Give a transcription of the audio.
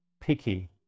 picky